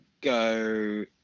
go